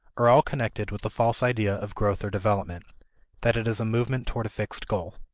are all connected with a false idea of growth or development that it is a movement toward a fixed goal.